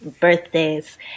birthdays